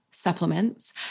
supplements